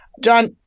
John